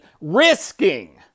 risking